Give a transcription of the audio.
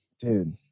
Dude